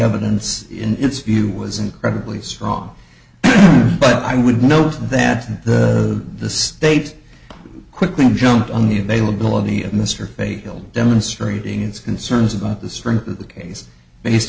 evidence in its view was incredibly strong but i would note that the the state quickly jumped on the availability of mr fay hill demonstrating its concerns about the strength of the case based